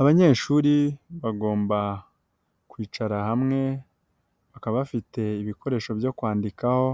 Abanyeshuri bagomba kwicara hamwe, bakaba bafite ibikoresho byo kwandikaho